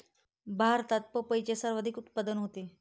भारतात पपईचे सर्वाधिक उत्पादन होते